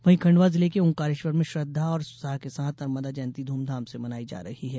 वहीं खंडवा जिले के ओंकारेश्वर में श्रद्वा और उत्साह के साथ नर्मदा जयंती ध्रमधाम से मनाई जा रही है